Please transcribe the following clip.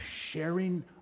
sharing